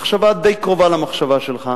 מחשבה די קרובה למחשבה שלך.